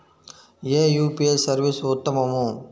ఏ UPI service ఉత్తమము?